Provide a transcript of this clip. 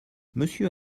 monsieur